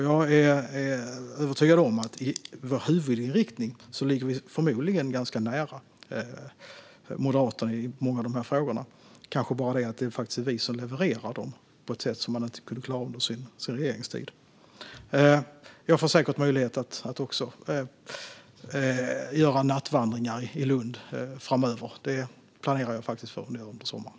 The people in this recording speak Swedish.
Jag är övertygad om att vi i vår huvudinriktning ligger ganska nära Moderaterna i många av dessa frågor. Det är bara det att det är vi som levererar, på ett sätt som de inte klarade under sin regeringstid. Jag får säkert möjlighet att också göra nattvandringar i Lund framöver. Det planerar jag för nu under sommaren.